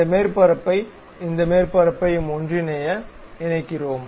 இந்த மேற்பரப்பையும் இந்த மேற்பரப்பையும் ஒன்றினைய இணைக்கிறோம்